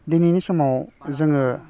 दिनैनि समाव जोङो